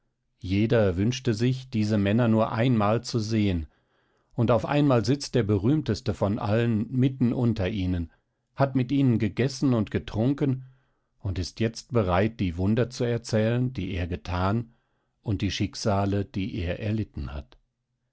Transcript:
jeder wünschte sich diese männer nur einmal zu sehen und auf einmal sitzt der berühmteste von allen mitten unter ihnen hat mit ihnen gegessen und getrunken und ist jetzt bereit die wunder zu erzählen die er gethan und die schicksale die er erlitten hat